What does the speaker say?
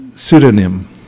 Pseudonym